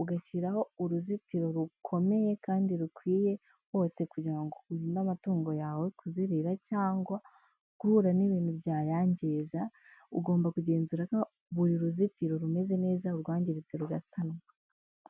ugashyiraho uruzitiro rukomeye kandi rukwiye rwose kugira ngo urinde amatungo yawe kuzerera cyangwa guhura n'ibintu byayangiza, ugomba kugenzura ko buri ruzitiro rumeze neza, urwangiritse rugasanwa.